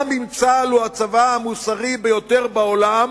גם אם צה"ל הוא הצבא המוסרי ביותר בעולם,